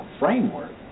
framework